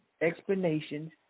explanations